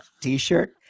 T-shirt